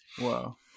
Wow